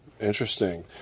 Interesting